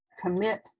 commit